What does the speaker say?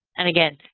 and again,